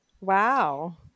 Wow